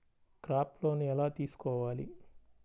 Crop loan ఎలా తీసుకోవాలి?